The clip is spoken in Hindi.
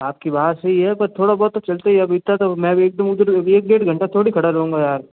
आपकी बात सही है पर थोड़ा बहुत तो चलता ही है अब इतना तो मैं भी एकदम उधर एक डेढ घंटा थोड़ी खड़ा रहूँगा यार